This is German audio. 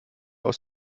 aus